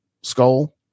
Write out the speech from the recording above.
skull